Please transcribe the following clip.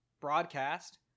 broadcast